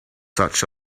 such